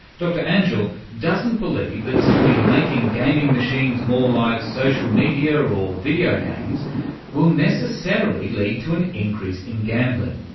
dr anjoul doesn't believe that simply making gaming machines more like social media or video games will necessarily lead to an increase in gambling.